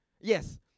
Yes